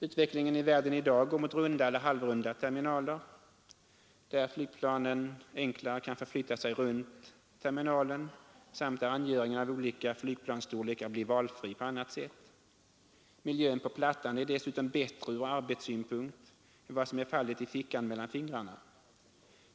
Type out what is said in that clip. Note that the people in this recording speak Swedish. Utvecklingen i världen i dag går mot runda eller halvrunda terminaler, där flygplanen enklare kan förflytta sig runt terminalen samt där angöringen av olika flygplansstorlekar blir valfri på annat sätt. Miljön på ”plattan” är dessutom bättre ur arbetssynpunkt än vad som är fallet i fickan mellan fingrarna.